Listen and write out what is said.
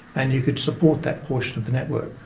and you could support that portion of the network.